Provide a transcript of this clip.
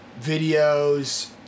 videos